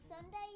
Sunday